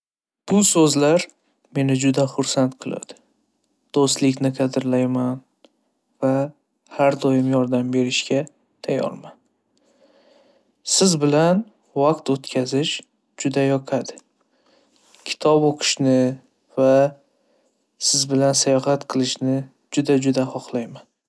Bu so'zlar meni juda xursand qiladi. Do'stlikni qadrlayman va har doim yordam berishga tayyorman. Siz bilan vaqt o'tkazish juda yoqadi. Kitob o'qishni va siz bilan sayohat qilishni juda-juda xohlayman.